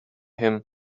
him